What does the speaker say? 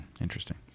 interesting